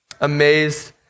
amazed